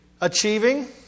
Achieving